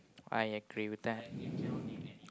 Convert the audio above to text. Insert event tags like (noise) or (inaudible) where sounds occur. (breath)